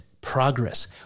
progress